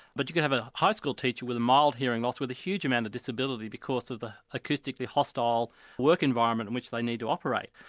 but you can have a high school teacher with a mild hearing loss with a huge amount of disability because of the acoustically hostile work environment in which they need to operate.